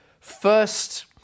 first